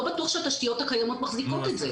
לא בטוח שהתשתיות הקיימות מחזיקות את זה.